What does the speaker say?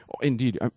Indeed